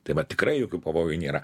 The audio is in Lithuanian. tai vat tikrai jokių pavojų nėra